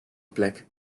plek